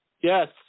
Yes